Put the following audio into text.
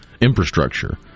infrastructure